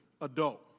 adult